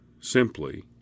simply